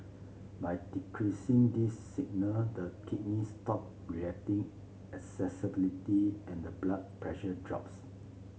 by decreasing these signal the kidneys stop reacting excessively and the blood pressure drops